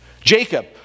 Jacob